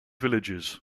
villagers